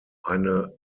eine